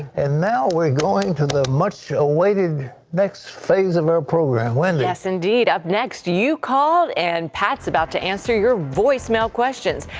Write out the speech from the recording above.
and now we are going to the much awaited next phase of our program. yes, indeed. up next you called and pat is about to answer your voicemail questions.